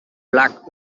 black